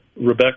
Rebecca